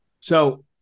So-